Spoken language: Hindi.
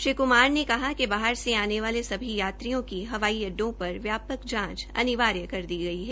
श्री कुमार ने कहा कि बाहर से आने वाले सभी यात्रियों की हवाई अड्डो पर व्यापक जांच अनिवार्य कर की दी गई है